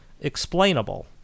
explainable